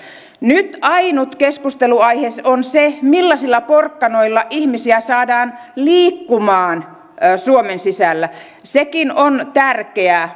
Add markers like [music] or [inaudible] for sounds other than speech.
nyt ainut keskustelunaihe on se millaisilla porkkanoilla ihmisiä saadaan liikkumaan suomen sisällä sekin on tärkeää [unintelligible]